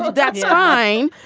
but that's fine.